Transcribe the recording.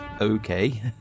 Okay